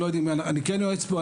אני כן יועץ פה,